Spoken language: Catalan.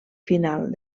final